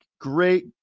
Great